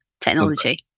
technology